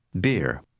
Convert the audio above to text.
beer